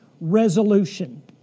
resolution